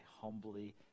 humbly